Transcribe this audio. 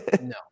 no